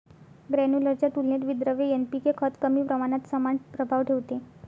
granular च्या तुलनेत विद्रव्य एन.पी.के खत कमी प्रमाणात समान प्रभाव ठेवते